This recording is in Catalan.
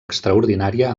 extraordinària